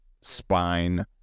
spine